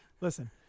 Listen